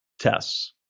tests